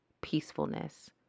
peacefulness